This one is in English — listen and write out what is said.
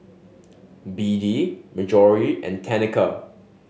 Beadie Marjory and Tenika